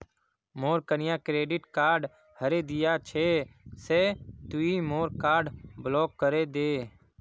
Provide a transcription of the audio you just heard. मोर कन्या credit card हरें दिया छे से तुई मोर कार्ड ब्लॉक करे दे